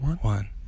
one